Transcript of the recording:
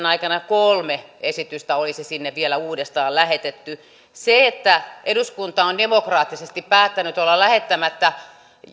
aikana kolme esitystä jotka olisi sinne vielä uudestaan lähetetty se että eduskunta on demokraattisesti päättänyt olla lähettämättä